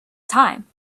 time